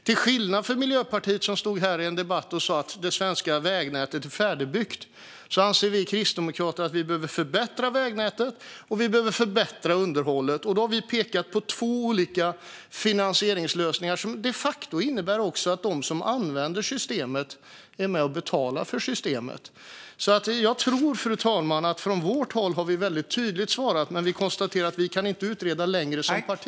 Till skillnad från Miljöpartiet, som stod här i en debatt och sa att det svenska vägnätet är färdigbyggt, anser vi kristdemokrater att vägnätet och underhållet behöver förbättras. Vi har pekat på två olika finansieringslösningar som de facto innebär att de som använder systemet är med och betalar för det. Jag tror, fru talman, att vi från vårt håll har svarat tydligt, men vi konstaterar att vi inte kan utreda längre som parti.